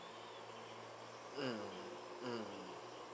mm mm